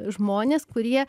žmonės kurie